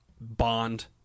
Bond